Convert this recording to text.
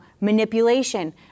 manipulation